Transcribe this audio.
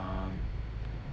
um